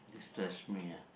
stress me out